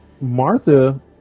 Martha